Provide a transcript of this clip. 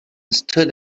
stood